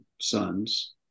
sons